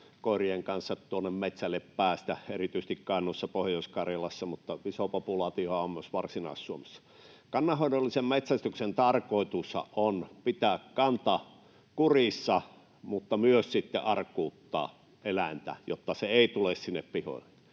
koirien kanssa metsälle päästä, erityisesti Kainuussa, Pohjois-Karjalassa, mutta iso populaatiohan on myös Varsinais-Suomessa. Kannanhoidollisen metsästyksen tarkoitushan on pitää kanta kurissa mutta myös arkuuttaa eläintä, jotta se ei tule sinne pihoille.